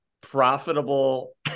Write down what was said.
profitable